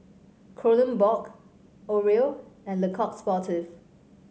Kronenbourg Oreo and Le Coq Sportif